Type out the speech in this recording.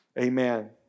Amen